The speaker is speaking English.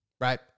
right